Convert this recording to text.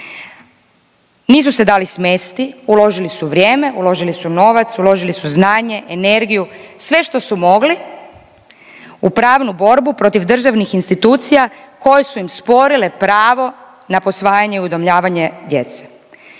Nisu se dali smesti, uložili su vrijeme, uložili su novac, uložili su znanje, energiju, sve što su mogli u pravnu borbu protiv državnih institucija koje su im sporile pravo na posvajanje i udomljavanje djece.